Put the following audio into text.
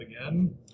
again